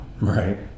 right